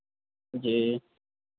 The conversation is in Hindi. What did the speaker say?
जी